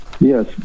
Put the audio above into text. yes